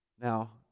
now